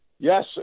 Yes